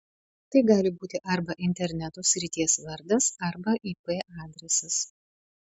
tai gali būti arba interneto srities vardas arba ip adresas